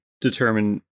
determine